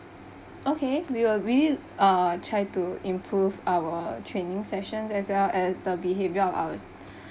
okay we will really uh try to improve our training sessions as well as the behaviour of ours